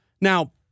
Now